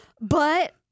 But-